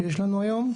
שיש לנו היום,